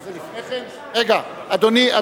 רגע, אדוני.